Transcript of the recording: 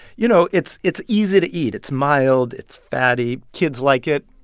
you know, it's it's easy to eat. it's mild. it's fatty. kids like it.